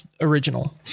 original